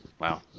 wow